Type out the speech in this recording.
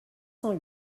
cent